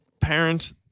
parents